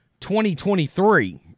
2023